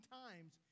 times